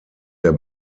der